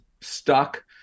stuck